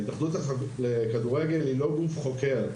ההתאחדות לכדורגל היא לא גוף חוקר,